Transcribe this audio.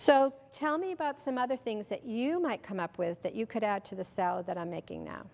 so tell me about some other things that you might come up with that you could add to the salad that i'm making now